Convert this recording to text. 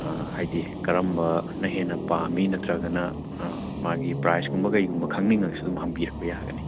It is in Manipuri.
ꯍꯥꯏꯗꯤ ꯀꯔꯝꯕꯅ ꯍꯦꯟꯅ ꯄꯥꯝꯃꯤ ꯅꯠꯇ꯭ꯔꯒꯅ ꯃꯥꯒꯤ ꯄ꯭ꯔꯥꯏꯖꯀꯨꯝꯕ ꯀꯩꯒꯨꯝꯕ ꯈꯪꯅꯤꯡꯉꯒꯁꯨ ꯑꯗꯨꯝ ꯍꯪꯕꯤꯔꯛꯄ ꯌꯥꯒꯅꯤ